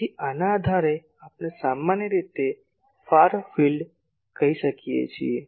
તેથી આના આધારે આપણે સામાન્ય રીતે ફાર ફિલ્ડ કહીએ છીએ